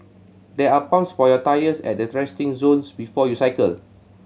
there are pumps for your tyres at the resting zones before you cycle